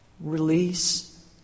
release